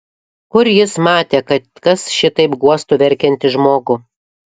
kur jis matė kad kas šitaip guostų verkiantį žmogų